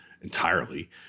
entirely